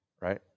right